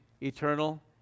eternal